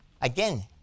Again